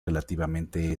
relativamente